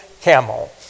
camel